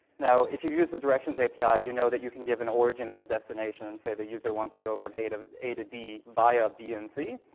now, if you've used the directions api, you know that you can give an origin and a destination. and say the user wants to go from a a to d, via b and c,